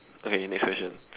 okay next question